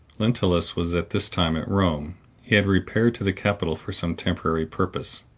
lentulus was at this time at rome he had repaired to the capital for some temporary purpose,